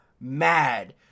mad